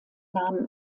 namen